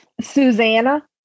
Susanna